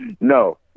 No